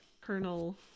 Colonel